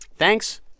Thanks